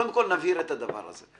קודם כול, נבהיר את הדבר הזה.